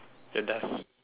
your death